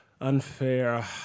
unfair